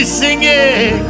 singing